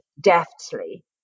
deftly